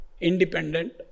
independent